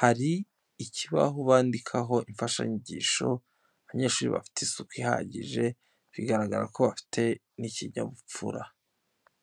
hari ikibaho bandikaho imfashanyigisho. Abanyeshuri bafite isuku ihagije, bigaragara ko bafite n'ikinyabupfura.